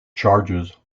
charges